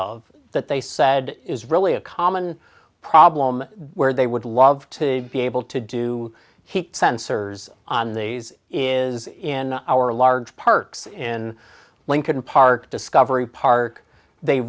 of that they said is really a common problem where they would love to be able to do heat sensors on these is in our large parks in lincoln park discovery park they